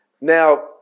Now